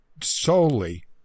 solely